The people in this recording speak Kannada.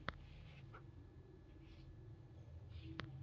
ಸರ್ ನಾನು ನಿಮ್ಮಲ್ಲಿ ಖಾತೆ ತೆರೆಯುವುದಕ್ಕೆ ಏನ್ ದಾಖಲೆ ಬೇಕ್ರಿ?